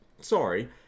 sorry